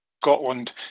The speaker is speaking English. Scotland